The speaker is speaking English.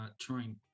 trying